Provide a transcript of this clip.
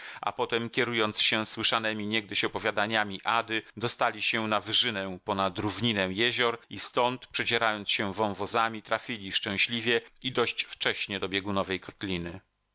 a potem kierując się słyszanemi niegdyś opowiadaniami ady dostali się na wyżynę ponad równinę jezior i stąd przedzierając się wąwozami trafili szczęśliwie i dość wcześnie do biegunowej kotliny